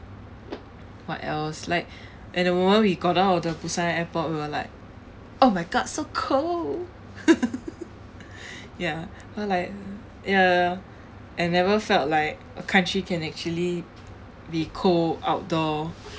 what else like at the moment we got out of the busan airport we were like oh my god so cold ya like ya I never felt like a country can actually be cold outdoor